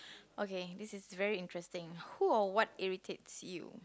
okay this is very interesting who or what irritates you